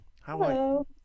Hello